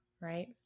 right